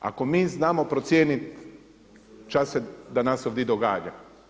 Ako mi znamo procijenit ča se danas ovdi događa.